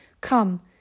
Come